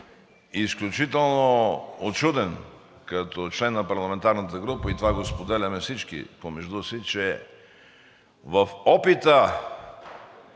изключително учуден, като член на парламентарната група, и това го споделяме всички помежду си, че в опита